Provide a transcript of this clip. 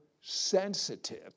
sensitive